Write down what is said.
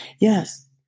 Yes